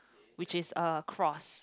which is across